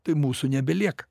tai mūsų nebelieka